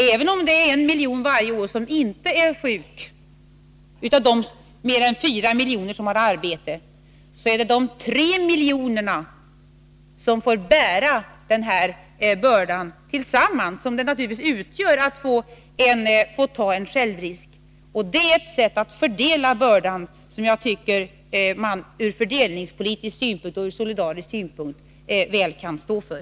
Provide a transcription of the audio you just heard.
Även om det är en miljon människor varje år som inte är sjuka av de mer än fyra miljoner som har arbete, så är det de tre miljonerna som tillsammans får bära den börda som det naturligtvis utgör att få ta en självrisk. Det är ett sätt att fördela bördan som jag tycker att man ur fördelningspolitisk synpunkt och solidaritetspolitisk synpunkt väl kan stå för.